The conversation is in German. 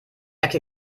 ecke